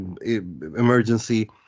emergency